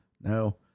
no